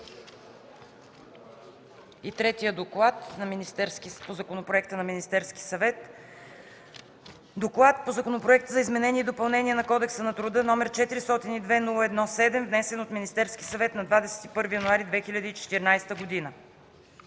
и третия доклад – по законопроекта, внесен от Министерския съвет. „ДОКЛАД по Законопроект за изменение и допълнение на Кодекса на труда, № 402-01-7, внесен от Министерския съвет на 21 януари 2014 г.